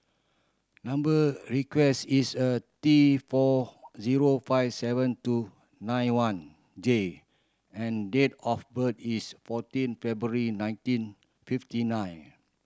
number is a T four zero five seven two nine one J and date of birth is fourteen February nineteen fifty nine